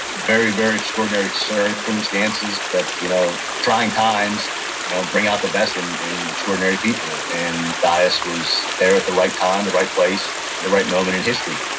very, very extraordinary circumstances, but you know trying times you know bring out the best in in extraordinary people, and dyess was there at the right time, the right place, and the right moment in history.